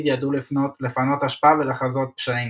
יידעו לפנות אשפה ולחזות פשעים,